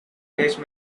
waste